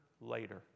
later